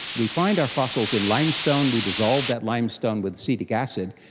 we find our fossils in limestone, we dissolve that limestone with acetic acid,